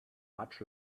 much